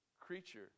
creature